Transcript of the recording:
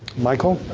michael?